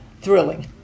thrilling